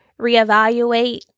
reevaluate